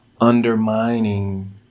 undermining